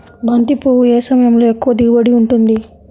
బంతి పువ్వు ఏ సమయంలో ఎక్కువ దిగుబడి ఉంటుంది?